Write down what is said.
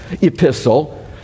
epistle